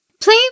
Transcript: Play